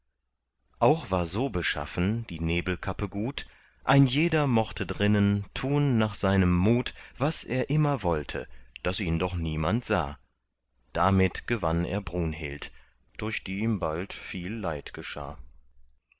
auch war so beschaffen die nebelkappe gut ein jeder mochte drinnen tun nach seinem mut was er immer wollte daß ihn doch niemand sah damit gewann er brunhild durch die ihm bald viel leid geschah